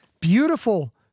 beautiful